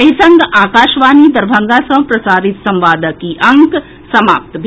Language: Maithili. एहि संग आकाशवाणी दरभंगा सँ प्रसारित संवादक ई अंक समाप्त भेल